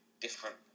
different